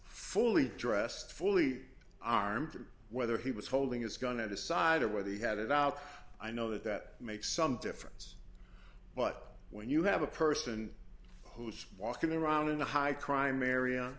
fully dressed fully armed whether he was holding his gun at his side or whether he had it out i know that that makes some difference but when you have a person who's walking around in a high crime area